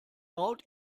baut